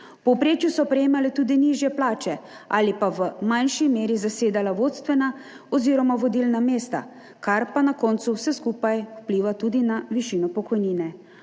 povprečju so prejemale tudi nižje plače ali pa v manjši meri zasedale vodstvena oziroma vodilna mesta, kar pa na koncu vse skupaj vpliva tudi na višino pokojnine.